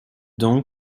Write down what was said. donc